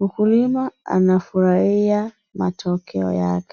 mkulima anafurahia matokeo yake.